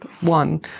one